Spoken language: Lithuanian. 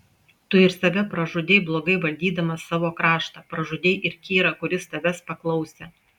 tu ir save pražudei blogai valdydamas savo kraštą pražudei ir kyrą kuris tavęs paklausė